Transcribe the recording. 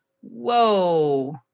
whoa